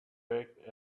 back